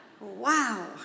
Wow